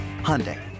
Hyundai